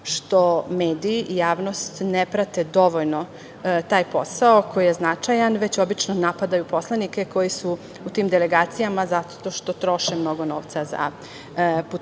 što mediji, javnost ne prate dovoljno taj posao koji je značajan, već obično napadaju poslanike koji su u tim delegacijama, zato što troše mnogo novca za putovanja,